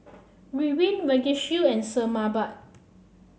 Ridwind Vagisil and Sebamed